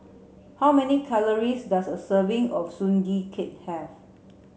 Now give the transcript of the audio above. how many calories does a serving of Sugee Cake have